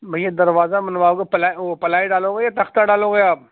بھیا دروازہ بنواؤ گے پلائی وہ پلائی ڈالو گے یا تختہ ڈالو گے آپ